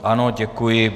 Ano, děkuji.